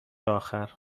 آخر